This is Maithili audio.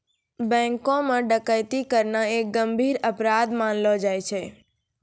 बैंको म डकैती करना एक गंभीर अपराध मानलो जाय छै